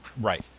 Right